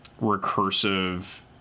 recursive